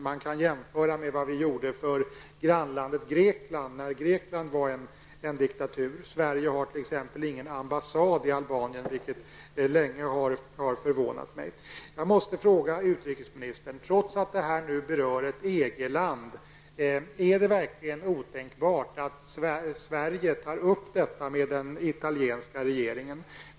Man kan jämföra med vad vi gjorde för Albaniens grannland Grekland, när Grekland var en diktatur. Sverige har t.ex. ingen ambassad i Albanien, vilket länge har förvånat mig. Jag måste fråga utrikesministern om det, trots att det berör ett EG-land, är otänkbart att Sverige tar upp denna fråga med den italienska regeringen.